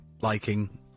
liking